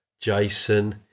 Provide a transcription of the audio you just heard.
Jason